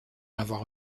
avoir